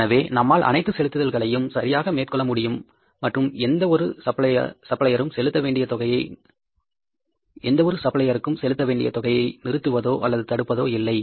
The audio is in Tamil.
எனவே நம்மால் அனைத்து செலுத்துதல்களையும் சரியாக மேற்கொள்ள முடியும் மற்றும் எந்த ஒரு சப்ளையருக்கும் செலுத்த வேண்டிய தொகையை நிறுத்துவதோ அல்லது தடுப்பது இல்லை